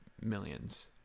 millions